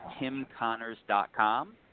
timconnors.com